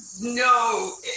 no